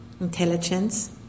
intelligence